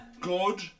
good